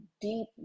deep